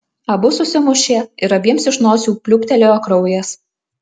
abu susimušė ir abiems iš nosių pliūptelėjo kraujas